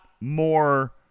more